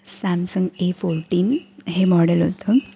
Samsung A fourteen हे model होतं